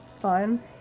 fine